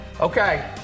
Okay